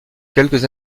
quelques